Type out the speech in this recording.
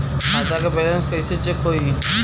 खता के बैलेंस कइसे चेक होई?